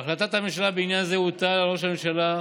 בהחלטת הממשלה בעניין זה הוטל על ראש הממשלה,